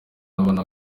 abana